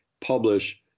publish